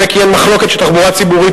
דומה כי אין מחלוקת שתחבורה ציבורית